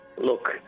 Look